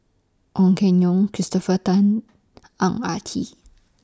Ong Keng Yong Christopher Tan Ang Ah Tee